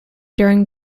during